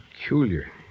Peculiar